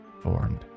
formed